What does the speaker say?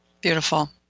Beautiful